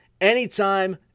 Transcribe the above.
anytime